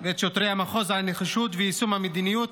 ואת שוטרי המחוז על הנחישות ויישום המדיניות.